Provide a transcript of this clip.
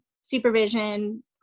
supervision